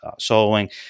soloing